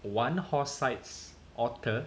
one horse-sized otter